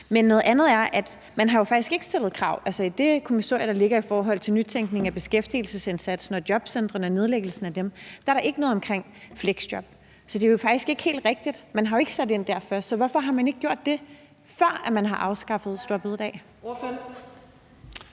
selv. Noget andet er, at man jo faktisk ikke har stillet krav. I det kommissorium, der ligger i forhold til nytænkning af beskæftigelsesindsatsen og nedlæggelsen af jobcentrene, er der ikke noget omkring fleksjob. Så det er jo faktisk ikke helt rigtigt, for man har jo ikke sat ind der først. Hvorfor har man ikke gjort det, før man afskaffede store bededag?